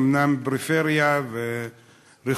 אומנם בפריפריה ורחוקות,